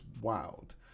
wild